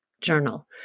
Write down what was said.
journal